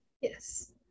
Yes